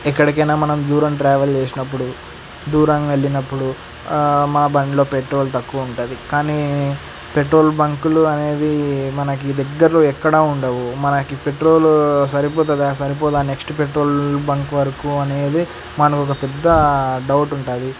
ఎక్కడికైనా మనం దూరం ట్రావెల్ చేసినప్పుడు దూరం వెళ్ళినప్పుడు మన బండిలో పెట్రోల్ తక్కువ ఉంటుంది కానీ పెట్రోల్ బంకులు అనేవి మనకి దగ్గరలో ఎక్కడా ఉండవు మనకి పెట్రోల్ సరిపోతుందా సరిపోదా నెక్స్ట్ పెట్రోల్ బంక్ వరకు అనేది మనకొక పెద్ద డౌట్ ఉంటుంది